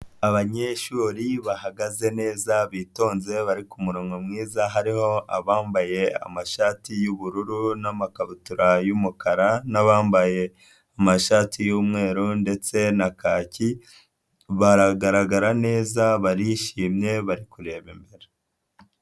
Abanyeshuri bahagaze neza bitonze bari kumurongo mwiza, hariho abambaye amashati y'ubururu n'amakabutura y'umukara, n'abambaye amashati y'umweru ndetse na kaki, baragaragara neza, barishimye bari kureba imbere.